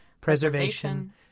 preservation